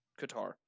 Qatar